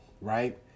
right